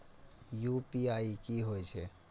UPI की होई छै?